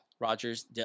Rogers